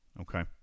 Okay